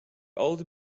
old